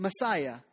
Messiah